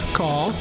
call